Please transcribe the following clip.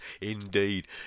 indeed